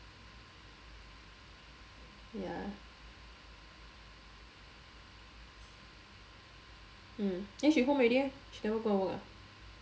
ya mm eh she home already meh she never go and work ah